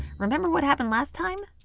remember what happened last time?